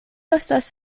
estas